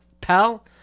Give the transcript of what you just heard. pal